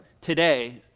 today